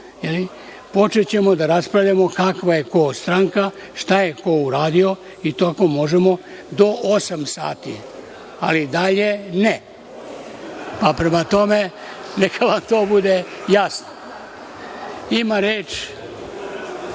Počećemo da raspravljamo kakva je ko stranka, šta je ko uradio i tako možemo do osam sati, ali dalje ne. Prema tome, neka vam to bude jasno. Ima reč,